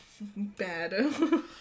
bad